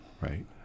Right